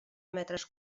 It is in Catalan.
metres